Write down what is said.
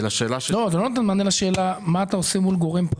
זה לא נותן מענה לשאלה מה אתה עושה מול גורם פרטי.